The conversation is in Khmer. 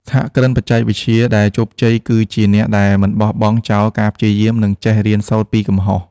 សហគ្រិនបច្ចេកវិទ្យាដែលជោគជ័យគឺជាអ្នកដែលមិនបោះបង់ចោលការព្យាយាម និងចេះរៀនសូត្រពីកំហុស។